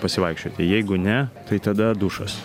pasivaikščioti jeigu ne tai tada dušas